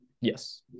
Yes